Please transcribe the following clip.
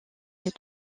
les